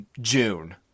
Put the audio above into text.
June